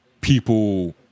people